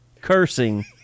cursing